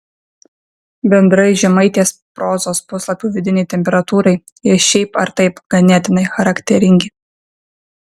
bendrai žemaitės prozos puslapių vidinei temperatūrai jie šiaip ar taip ganėtinai charakteringi